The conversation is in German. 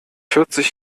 vierzig